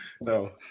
No